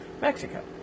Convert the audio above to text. Mexico